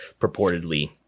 purportedly